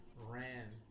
ran